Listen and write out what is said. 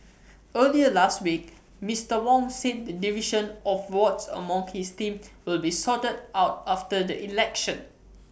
earlier last week Mister Wong said the division of wards among his team will be sorted out after the election